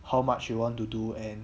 how much you want to do and